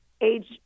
age